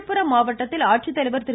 விழுப்புரம் மாவட்டத்தில் ஆட்சித்தலைவர் திரு